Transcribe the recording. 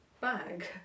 bag